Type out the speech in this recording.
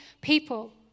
people